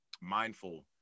mindful